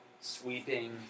sweeping